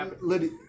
Lydia